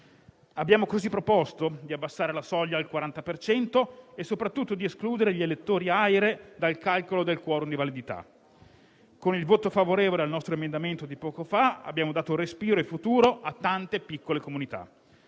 Abbiamo così proposto di abbassare la soglia al 40 per cento e, soprattutto, di escludere gli elettori AIRE dal calcolo del *quorum* di validità. Con il voto favorevole al nostro emendamento di poco fa abbiamo dato respiro e futuro a tante piccole comunità.